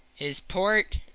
his port,